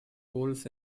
goals